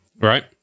right